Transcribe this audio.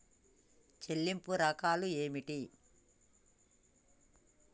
చెల్లింపు రకాలు ఏమిటి?